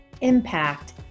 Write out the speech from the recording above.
impact